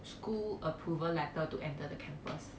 school approval letter to enter the campus